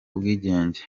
ubwigenge